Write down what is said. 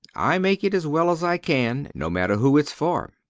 i make it as well as i can, no matter who it's for.